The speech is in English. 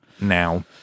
now